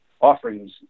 offerings